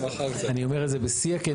אני אומר את זה בשיא הכנות.